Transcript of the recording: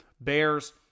Bears